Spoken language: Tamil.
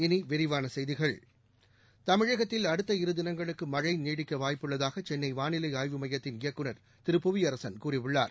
இனிவிரிவானசெய்திகள் தமிழகத்தில் அடுத்த இரு தினங்களுக்குமழழநீடிக்கவாய்ப்புள்ளதாகசென்னைவானிலைஆய்வுமையத்தின் இயக்குநர் திரு புவியரசன் கூறியுள்ளார்